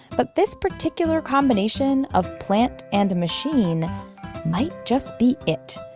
but this particular combination of plant and machine might just be it,